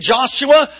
Joshua